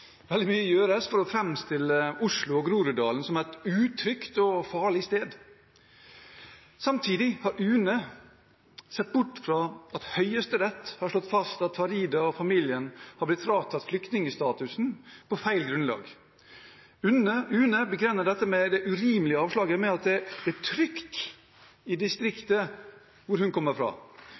Veldig mye gjøres for å framstille Oslo og Groruddalen som utrygge og farlige steder. Samtidig har UNE sett bort fra at Høyesterett har slått fast at Farida og familien har blitt fratatt flyktningstatusen på feil grunnlag. UNE begrunner det urimelige avslaget med at det er trygt i distriktet hun kommer fra.